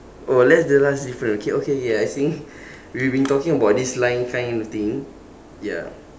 oh that's the last difference okay okay okay I think we have been talking about this line kind of thing ya